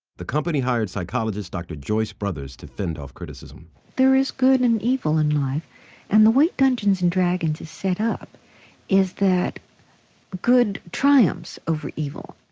the company hired psychologist dr. joyce brothers to fend off criticism. there is good and evil in life and the way dungeons and dragons is set up is that good triumphs over evil.